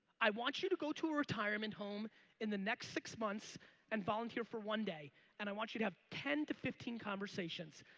i want you to go to retirement home in the next six months and volunteer for one day and i want you to have ten to fifteen conversations.